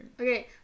Okay